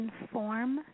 inform